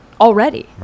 already